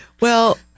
Well-